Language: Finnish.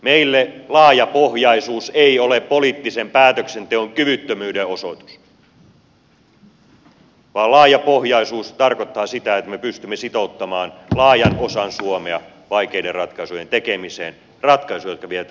meille laajapohjaisuus ei ole poliittisen päätöksenteon kyvyttömyyden osoitus vaan laajapohjaisuus tarkoittaa sitä että me pystymme sitouttamaan laajan osan suomea vaikeiden ratkaisujen tekemiseen ratkaisujen jotka vievät tätä maata eteenpäin